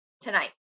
tonight